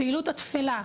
פעילות טפלה.